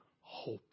hope